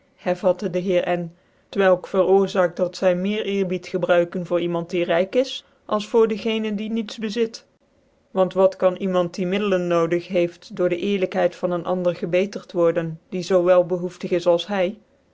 dc heer n t wdk veroorzaakt dat zy meer eerbied gebruiken voor iemannd die ryk is als voor den genen die niet bezit want wat kan lemant die middelen nodig heeft door dc ccrlykhcid van een ander gebctert vvorden die zoo wel behoeftig is alshy daar hy